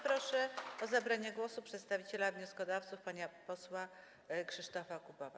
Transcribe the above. Proszę o zabranie głosu przedstawiciela wnioskodawców pana posła Krzysztofa Kubowa.